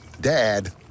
Dad